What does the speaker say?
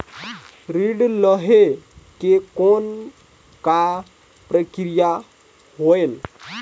ऋण लहे के कौन का प्रक्रिया होयल?